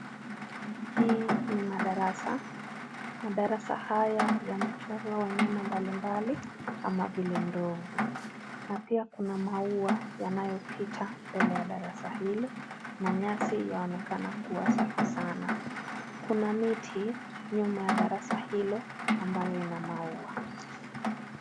Hii ni madarasa, madarasa haya yamechorwa wanyama mbalimbali kama vile ndovu, na pia kuna maua yanayopita mbele ya darasa hilo na nyasi yaonekana kuwa safi sana, kuna miti nyuma ya darasa hilo ambayo ina maua.